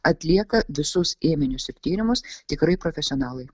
atlieka visus ėminius ir tyrimus tikrai profesionalai